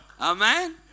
Amen